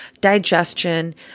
digestion